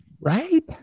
Right